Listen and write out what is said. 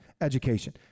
education